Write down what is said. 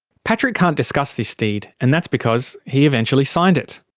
patrick can't discuss this deed and that's because he eventually signed it.